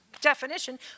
definition